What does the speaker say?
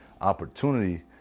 opportunity